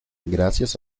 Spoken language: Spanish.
gracias